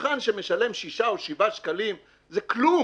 צרכן שמשלם 6 או 7 שקלים, זה כלום.